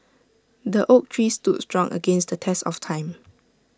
the oak tree stood strong against the test of time